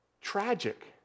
tragic